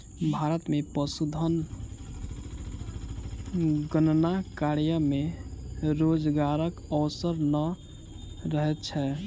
भारत मे पशुधन गणना कार्य मे रोजगारक अवसर नै रहैत छै